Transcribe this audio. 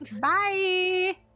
Bye